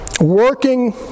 Working